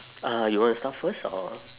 uh you wanna start first or